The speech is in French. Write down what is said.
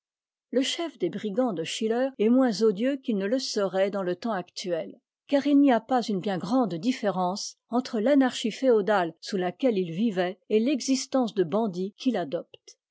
le chef des brigands de schiller est moins odieux qu'il ne le serait dans ie temps actuel car il n'y avait pas une bien grande différence entre l'anarchie féodale sous laquelle il vivait et l'existence de bandit qu'il adopte